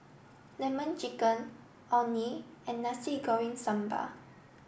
lemon chicken Orh Nee and Nasi Goreng Sambal